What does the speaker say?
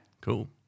Cool